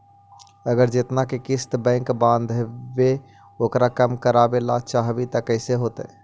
अगर जेतना के किस्त बैक बाँधबे ओकर कम करावे ल चाहबै तब कैसे होतै?